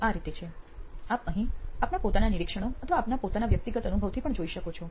આ રીતે છે આપ અહીં આપના પોતાના નિરીક્ષણો અથવા આપના પોતાના વ્યક્તિગત અનુભવથી પણ જોઈ શકો છો